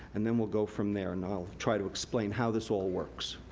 and then we'll go from there, and i'll try to explain how this all works.